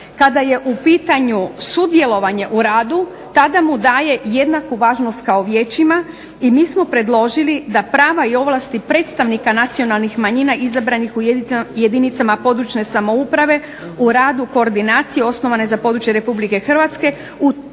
Kada je u pitanju sudjelovanje u radu tada mu daje jednaku važnost kao vijećima i mi smo predložili da prava i ovlasti predstavnika nacionalnih manjina izabranih u jedinicama područne samouprave, u radu koordinacije osnovane za područje Republike Hrvatske